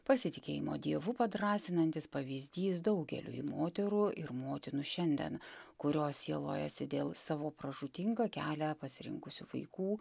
pasitikėjimo dievu padrąsinantis pavyzdys daugeliui moterų ir motinų šiandien kurios sielojasi dėl savo pražūtingą kelią pasirinkusių vaikų